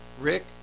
Rick